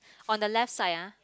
on the left side ah